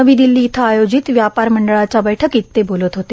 नवी दिल्ली इथं आयोजित व्यापर मंडळाच्या बैठकीत ते बोलत होते